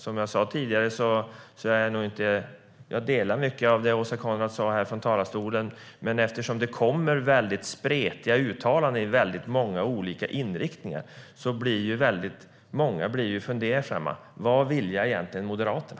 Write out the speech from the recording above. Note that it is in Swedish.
Som jag sa tidigare instämmer jag i mycket av det som Åsa Coenraads sa i talarstolen, men eftersom det kommer väldigt spretiga uttalanden med många olika inriktningar är det många som blir fundersamma. Vad vilja egentligen Moderaterna?